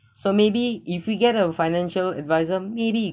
so maybe if we get a financial adviser maybe